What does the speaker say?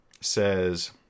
says